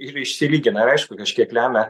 ir išsilygina ir aišku kažkiek lemia